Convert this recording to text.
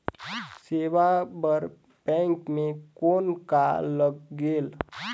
सेवा बर बैंक मे कौन का लगेल?